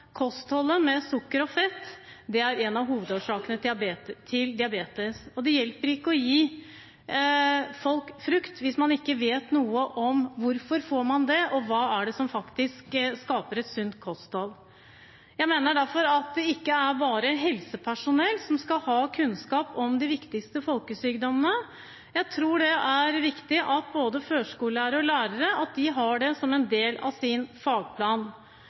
med sukker og fett er en av hovedårsakene til diabetes. Det hjelper ikke å gi folk frukt hvis man ikke vet noe om hvorfor man får det, og hva det er som faktisk skaper et sunt kosthold. Jeg mener derfor at det ikke er bare helsepersonell som skal ha kunnskap om de viktigste folkesykdommene. Jeg tror det er viktig at både førskolelærere og lærere har det som en del av sin fagplan.